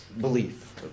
belief